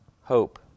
hope